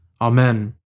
Amen